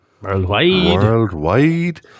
Worldwide